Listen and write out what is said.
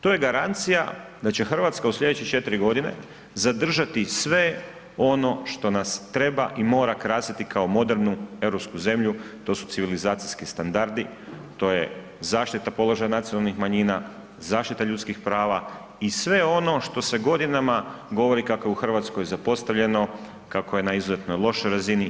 To je garancija da će Hrvatska u slijedeće 4 godine zadržati sve ono što nas treba i mora krasiti kao modernu europsku zemlju, to su civilizacijski standardi, to je zaštita položaja nacionalnih manjina, zaštita ljudskih prava i sve ono što se godinama govori kako je u Hrvatskoj zapostavljeno, kako je na izuzetno lošoj razini.